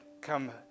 come